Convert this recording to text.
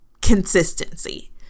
consistency